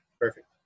Perfect